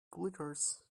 glitters